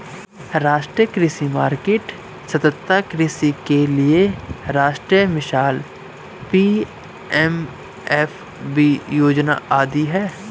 राष्ट्रीय कृषि मार्केट, सतत् कृषि के लिए राष्ट्रीय मिशन, पी.एम.एफ.बी योजना आदि है